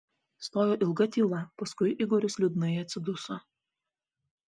stojo ilga tyla paskui igoris liūdnai atsiduso